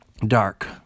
Dark